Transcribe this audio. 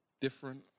different